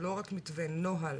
לא רק מתווה, נוהל.